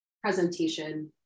presentation